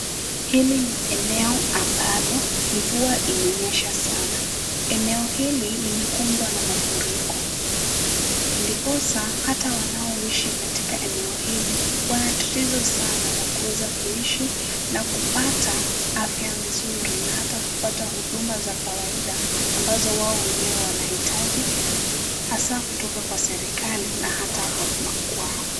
Hili ni eneo ambalo mvua imenyesha sana. Eneo hili limekumbwa na mafuriko. Ndiposa hata wanaoishi katika eneo hili wana tatizo sana la kuweza kuishi na kupata afya nzuri na hata kupata huduma za kawaida ambazo wao wenyewe wanahitaji, hasa kutoka kwa serikali na hata makwao.